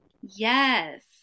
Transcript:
yes